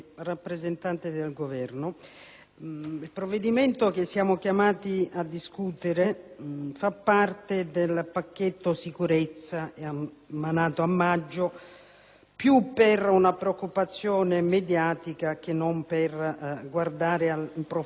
il provvedimento che siamo chiamati a discutere fa parte del pacchetto sicurezza emanato a maggio più per una preoccupazione mediatica che non per guardare in profondità ai problemi